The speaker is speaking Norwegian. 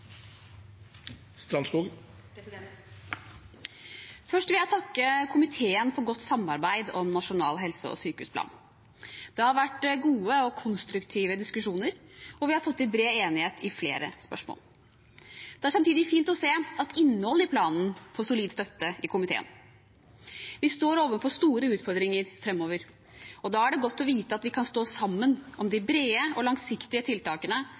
Først vil jeg takke komiteen for godt samarbeid om Nasjonal helse- og sykehusplan. Det har vært gode og konstruktive diskusjoner, og vi har fått til bred enighet i flere spørsmål. Det er samtidig fint å se at innholdet i planen får solid støtte i komiteen. Vi står overfor store utfordringer fremover. Da er det godt å vite at vi kan stå sammen om de brede og langsiktige tiltakene